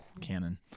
canon